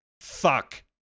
fuck